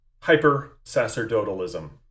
Hyper-sacerdotalism